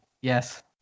Yes